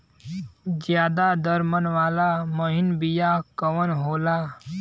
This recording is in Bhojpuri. ज्यादा दर मन वाला महीन बिया कवन होला?